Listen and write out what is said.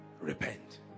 Repent